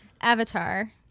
Avatar